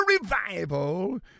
revival